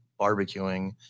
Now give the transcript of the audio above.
barbecuing